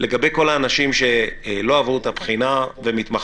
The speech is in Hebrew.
לגבי כל האנשים שלא עברו את הבחינה ומתמחים